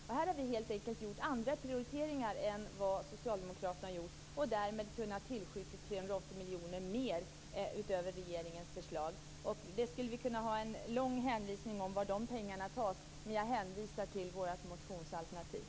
Här har vi helt enkelt gjort andra prioriteringar än Socialdemokraterna och därmed kunnat tillskjuta 380 miljoner utöver regeringens förslag. Jag skulle kunna ha en lång redovisning om varifrån pengarna tas, men jag hänvisar till vårt motionsalternativ.